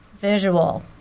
visual